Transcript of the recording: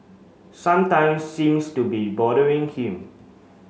sometime seems to be bothering him